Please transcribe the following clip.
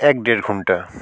এক ডেড় ঘন্টা